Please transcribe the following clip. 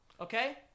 okay